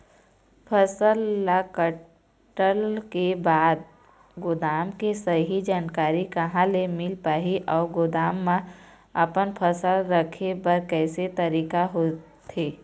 फसल ला कटेल के बाद गोदाम के सही जानकारी कहा ले मील पाही अउ गोदाम मा अपन फसल रखे बर कैसे तरीका होथे?